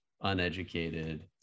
uneducated